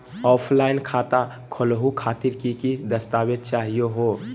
Offline खाता खोलहु खातिर की की दस्तावेज चाहीयो हो?